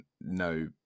no